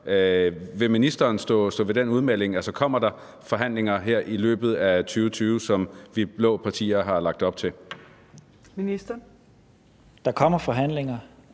Vil ministeren stå ved den udmelding? Altså, kommer der forhandlinger her i løbet af 2020, som vi blå partier har lagt op til? Kl. 15:52 Fjerde næstformand